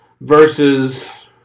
versus